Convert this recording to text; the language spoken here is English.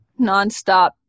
nonstop